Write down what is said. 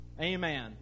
Amen